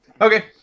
Okay